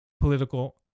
political